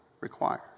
requires